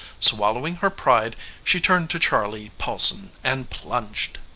swallowing her pride she turned to charley paulson and plunged.